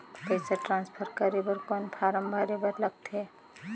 पईसा ट्रांसफर करे बर कौन फारम भरे बर लगथे?